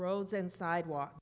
roads and sidewalk